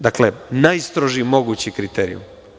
Dakle, najstrožiji mogući kriterijum.